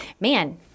man—